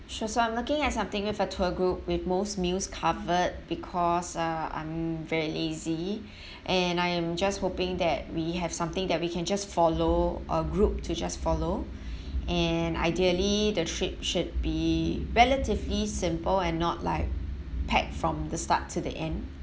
sure so I'm looking at something with a tour group with most meals covered because uh I'm very lazy and I am just hoping that we have something that we can just follow a group to just follow and ideally the trip should be relatively simple and not like packed from the start to the end